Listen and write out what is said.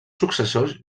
successors